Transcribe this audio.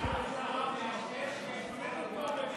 התשובה שלך מאשרת שצריך ועדת